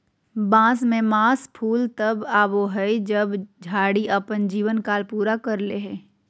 बांस में मास फूल तब आबो हइ जब झाड़ी अपन जीवन काल पूरा कर ले हइ